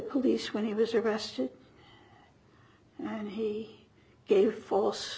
police when he was arrested and he gave false